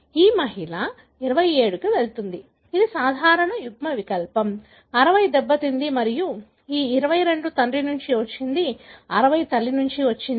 ఈ మహిళ 27 ని తీసుకువెళుతుంది ఇది సాధారణ యుగ్మవికల్పం 60 దెబ్బతింది మరియు ఈ 22 తండ్రి నుండి వచ్చింది 60 తల్లి నుండి వచ్చింది